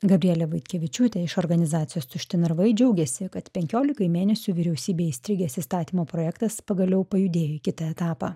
gabrielė vaitkevičiūtė iš organizacijos tušti narvai džiaugėsi kad penkiolikai mėnesių vyriausybei įstrigęs įstatymo projektas pagaliau pajudėjo į kitą etapą